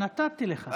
נתתי לך.